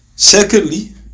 secondly